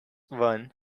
one